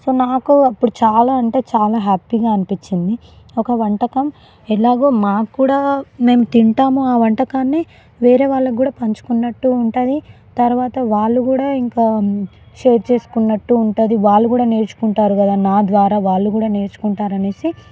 so నాకు అప్పుడు చాలా అంటే చాలా హ్యాపీగా అనిపించింది ఒక వంటకం ఎలాగో మాకు కూడా మేము తింటాము ఆ వంటకాన్ని వేరే వాళ్ళకి కూడా పంచుకున్నట్టు ఉంటుంది తరువాత వాళ్ళు కూడా ఇంకా షేర్ చేసుకున్నట్టు ఉంటుంది వాళ్ళు కూడా నేర్చుకుంటారు కదా నా ద్వారా వాళ్ళు కూడా నేర్చుకుంటారు అనేసి